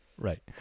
right